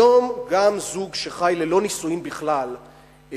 היום גם על זוג שחי ללא נישואים בכלל חלות